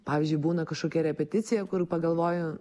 pavyzdžiui būna kažkokia repeticija pagalvoju